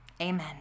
Amen